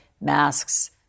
masks